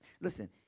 Listen